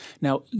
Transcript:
Now